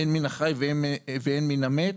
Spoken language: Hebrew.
הן מן החי והן מן המת.